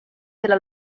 della